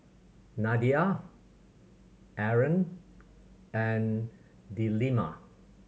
Nadia Aaron and Delima